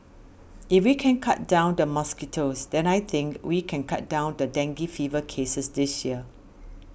if we can cut down the mosquitoes then I think we can cut down the dengue fever cases this year